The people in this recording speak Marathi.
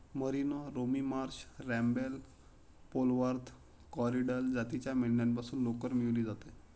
merino, Romney Marsh, Rambouillet, Polwarth, Corriedale जातीच्या मेंढ्यांपासून लोकर मिळवली जाते